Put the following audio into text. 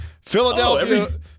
Philadelphia